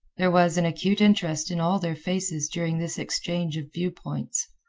there was an acute interest in all their faces during this exchange of view points.